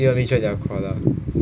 they want me join their call lah